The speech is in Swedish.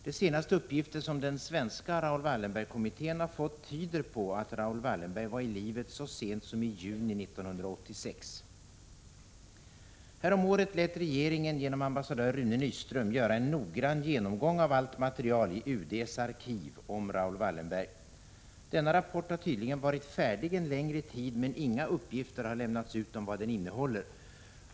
De senaste uppgifter som den svenska Raoul Wallenberg-kommittén har fått tyder på att Raoul Wallenberg var i livet så sent som i juni 1986. Häromåret lät regeringen, genom ambassadör Rune Nyström, göra en noggrann genomgång av allt material i UD:s arkiv om Raoul Wallenberg. Denna rapport har tydligen varit färdig en längre tid, men inga uppgifter har lämnats ut om vad den innehåller.